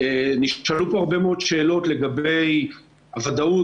נשאלו פה הרבה מאוד שאלות לגבי הוודאות